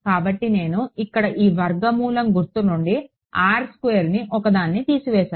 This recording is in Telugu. కాబట్టి నేను ఇక్కడ ఈ వర్గమూలం గుర్తు నుండి ఒకదాన్ని తీసివేసాను